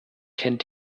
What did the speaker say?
kennt